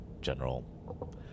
general